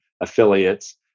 affiliates